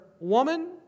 Woman